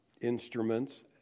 instruments